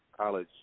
college